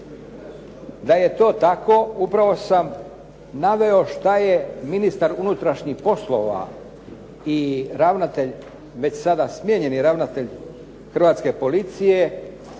Da je to tako upravo sam naveo što je ministar unutrašnjih poslova i već sada smijenjeni ravnatelj Hrvatske policije,